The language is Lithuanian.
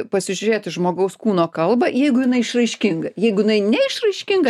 pasižiūrėt į žmogaus kūno kalbą jeigu jinai išraiškinga jeigu jinai neišraiškinga